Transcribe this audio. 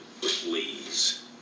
Please